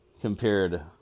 Compared